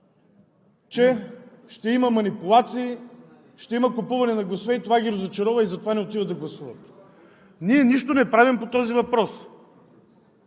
че ще има манипулации, ще има купуване на гласове, и това ги разочарова – затова не отиват да гласуват! Ние нищо не правим по този въпрос